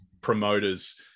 promoters